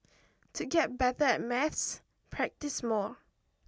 to get better at maths practise more